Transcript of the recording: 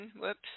Whoops